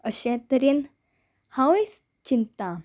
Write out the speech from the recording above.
अशे तरेन हांवय चिंतां